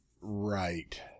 Right